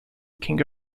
king